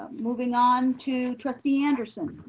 moving on to trustee anderson.